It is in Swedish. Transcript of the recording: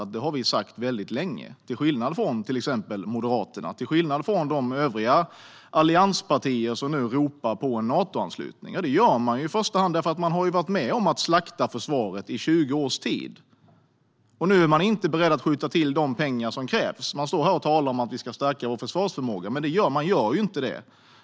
Detta har vi sagt väldigt länge, till skillnad från till exempel Moderaterna och till skillnad från de övriga allianspartier som nu ropar på en Natoanslutning. Det gör man ju i första hand eftersom man har varit med om att slakta försvaret i 20 års tid, och nu är man inte beredd att skjuta till de pengar som krävs. Man står här och talar om att vi ska stärka vår försvarsförmåga, men man gör ju inte det.